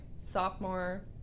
sophomore